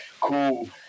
cool